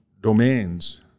domains